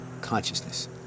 consciousness